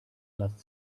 last